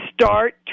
start